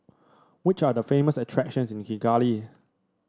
which are the famous attractions in Kigali